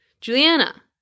Juliana